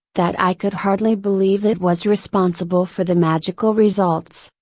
that i could hardly believe it was responsible for the magical results,